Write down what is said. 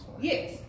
Yes